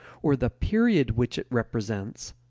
or the period which it represents,